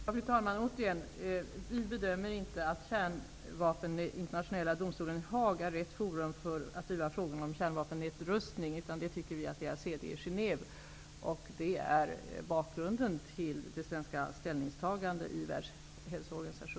Fru talman! Återigen: vi bedömer inte att Internationella domstolen i Haag är rätt forum för att driva frågan om kärnvapennedrustning. Vi tycker att det är CD i Genève. Det är bakgrunden till det svenska ställningstagandet i